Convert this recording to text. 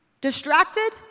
distracted